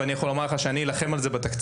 ואני יכול לומר לך שאני אלחם על זה בתקציב.